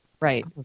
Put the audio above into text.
Right